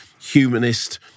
humanist